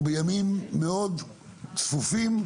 אנחנו בימים מאוד צפופים,